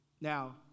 Now